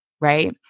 Right